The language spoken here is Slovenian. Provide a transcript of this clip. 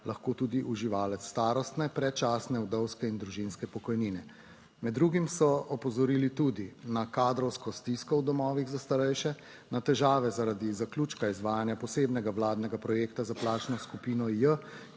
lahko tudi uživalec starostne, predčasne, vdovske in družinske pokojnine. Med drugim so opozorili tudi na kadrovsko stisko v domovih za starejše, na težave zaradi zaključka izvajanja posebnega vladnega projekta za plačno skupino J,